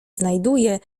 znajduje